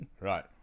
Right